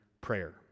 prayer